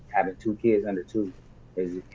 having two kids under two is